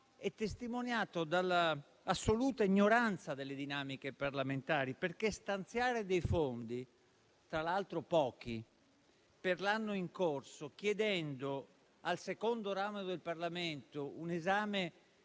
è testimoniato dall'assoluta ignoranza delle dinamiche parlamentari. Stanziare dei fondi, tra l'altro pochi, per l'anno in corso, chiedendo al secondo ramo del Parlamento un esame